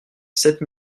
sept